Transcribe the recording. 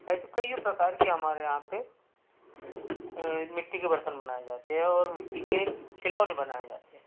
ऐसे कईयों प्रकार के हमारे यहाँ पे मिट्टी के बर्तन बनाए जाते हैं और मिट्टी के खिलौने बनाए जाते हैं